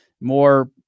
more